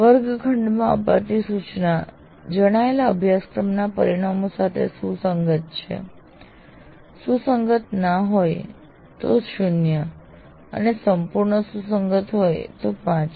વર્ગખંડમાં અપાતી સૂચના જણાવેલા અભ્યાસક્રમના પરિણામો સાથે સુસંગત છે સુસંગત ના હોય તો ૦ અને સંપૂર્ણ સુસંગત હોય તો 5